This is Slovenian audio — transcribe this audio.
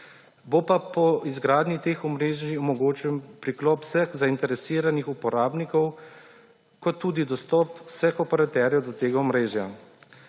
Bo pa po izgradnji teh omrežij omogočen priklop vseh zainteresiranih uporabnikov kot tudi dostop vseh operaterjev do tega omrežja.